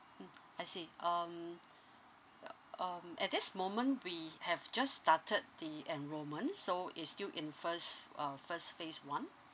mm I see um um at this moment we have just started the enrollment so is still in first um first phase one